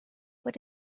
what